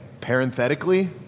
parenthetically